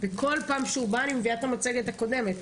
וכל פעם כשהוא בא אני מביאה את המצגת הקודמת.